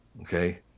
okay